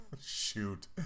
Shoot